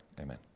amen